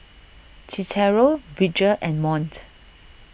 Cicero Bridger and Mont